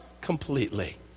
completely